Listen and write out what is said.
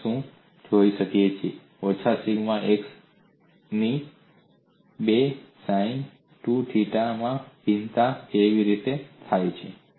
આપણે જોઈશું કે ઓછા સિગ્મા xx ની 2 દ્વારા સાઈન 2 થીટા માં ભિન્નતા કેવી રીતે દેખાય છે